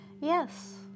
Yes